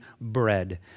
bread